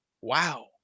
Wow